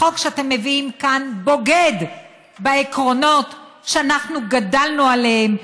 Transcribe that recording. החוק שאתם מביאים כאן בוגד בעקרונות שאנחנו גדלנו עליהם,